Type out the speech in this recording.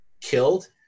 killed